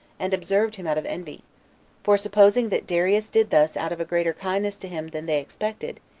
and observed him out of envy for supposing that darius did thus out of a greater kindness to him than they expected,